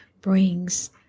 brings